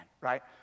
right